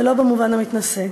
ולא במובן המתנשא.